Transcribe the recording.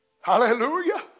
Hallelujah